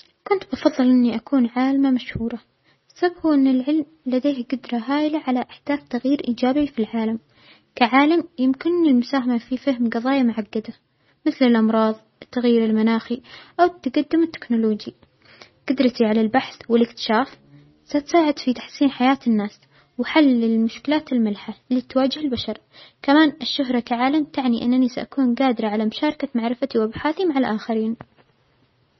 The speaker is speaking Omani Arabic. كنت بفظل إنى أكون عالمة مشهورة، السبب هو أن العلم لديه جدرة هائلة على إحداث تغيير إيجابى في العالم، كعالم يمكننى المساهمة في فهم جظايا معجدة، مثل الأمراظ التغير المناخي أو التجدم التكنولوجى، جدرتى على البحث والإكتشاف ستساعد في تحسين حياه الناس و حل المشكلات اللى مالها حل اللى تواجه البشر، كمان الشهرة كعالم تعنى أننى سأكون جادرة على مشاركة معرفتى وأبحاثى مع الآخرين.